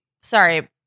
sorry